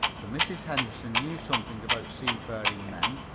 for mrs. henderson knew something about seafaring men,